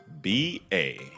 B-A